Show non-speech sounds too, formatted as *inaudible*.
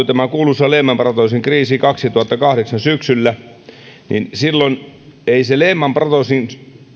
*unintelligible* tämä kuuluisa lehman brothersin kriisi kaksituhattakahdeksan syksyllä niin ei se lehman brothersin